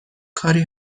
کاری